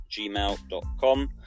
gmail.com